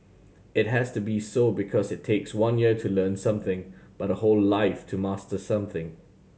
it has to be so because it takes one year to learn something but a whole life to master something